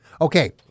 Okay